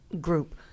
group